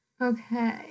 Okay